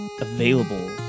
available